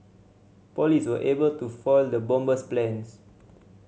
police were able to foil the bomber's plans